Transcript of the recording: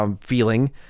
feeling